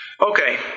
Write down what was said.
Okay